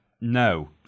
no